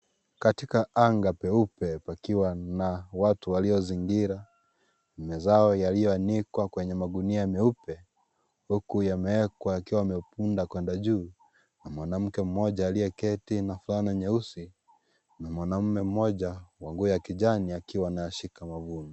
Katika anga peupe pakiwa na watu waliozingira mazao yaliyoanikwa kwenye magunia meupe huku yamewekwa yakiwa yamepunda kwenda juu na mwanamke mmoja aliyeketi na fulana nyeusi na mwanaume mmoja wa nguo ya kijani akiwa anashika mavuno.